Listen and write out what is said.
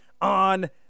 on